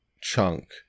chunk